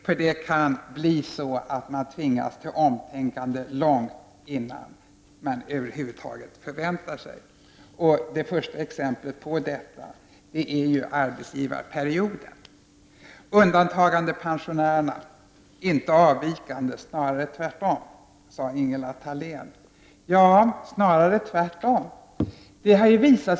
För det kan bli så att man tvingas till omtänkande långt innan man över huvud taget förväntar sig det. Det första exemplet på detta är frågan om arbetsgivarperioden. Undantagandepensionärernas ekonomiska ställning är inte sämre än andra pensionärers, utan snarare tvärtom, sade Ingela Thalén.